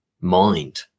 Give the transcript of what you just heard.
mind